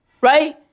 Right